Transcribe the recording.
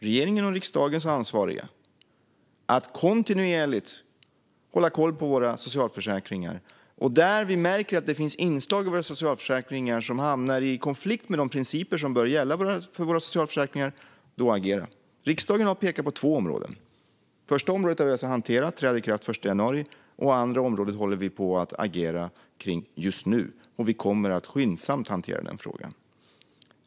Regeringens och riksdagens ansvar är att kontinuerligt hålla koll på våra socialförsäkringar och att agera när vi märker att det finns inslag i våra socialförsäkringar som hamnar i konflikt med de principer som bör gälla för våra socialförsäkringar. Riksdagen har pekat på två områden. Det första området har vi alltså hanterat, och lagen träder i kraft den 1 januari. Det andra området håller vi på att agera kring just nu, och vi kommer att skyndsamt hantera denna fråga.